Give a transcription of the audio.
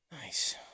Nice